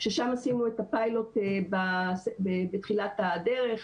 ששם עשינו את הפיילוט בתחילת הדרך,